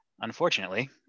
unfortunately